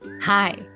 Hi